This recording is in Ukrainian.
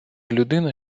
людина